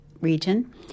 region